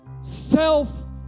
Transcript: self